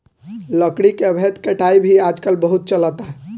लकड़ी के अवैध कटाई भी आजकल बहुत चलता